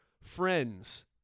friends